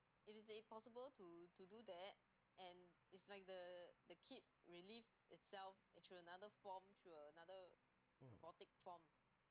mm